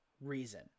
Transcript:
reason